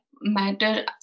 matter